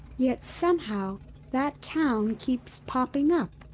yet somehow that town keeps popping up.